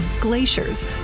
glaciers